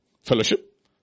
fellowship